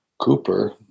Cooper